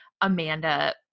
Amanda